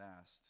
asked